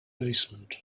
basement